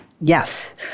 Yes